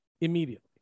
immediately